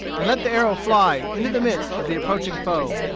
and let the arrow fly into the midst of the approaching foe.